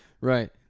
Right